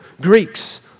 Greeks